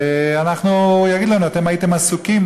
והוא יגיד לנו: אתם הייתם עסוקים,